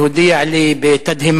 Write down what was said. והוא הודיע לי בתדהמה